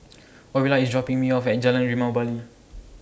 Orilla IS dropping Me off At Jalan Limau Bali